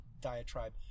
diatribe